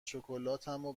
شکلاتمو